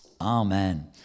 Amen